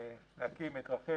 להקים את רח"ל